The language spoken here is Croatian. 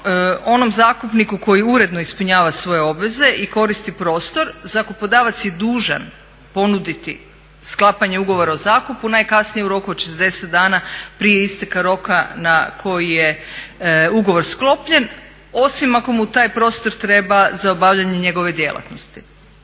onom zakupniku koji uredno ispunjava svoje obveze i koristi prostor zakupodavac je dužan ponuditi sklapanje ugovora o zakupu najkasnije u roku od 40 dana prije isteka roka na koji je ugovor sklopljen osim ako mu taj prostor treba za obavljanje njegove djelatnosti.